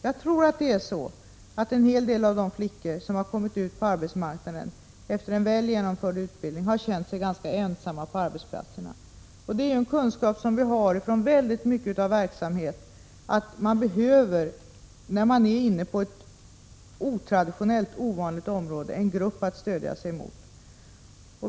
Jag tror att en hel del av de flickor som har kommit ut på arbetsmarknaden efter en väl genomförd utbildning har känt sig ganska ensamma på arbetsplatserna. Vi vet från många skilda verksamheter att man, när man är inne på ett otraditionellt och ovanligt område, behöver en grupp att stödja sig på.